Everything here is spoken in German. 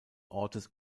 ortes